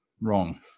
wrong